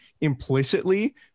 implicitly